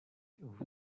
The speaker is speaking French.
vous